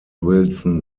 wilson